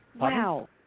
Wow